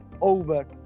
over